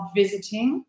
visiting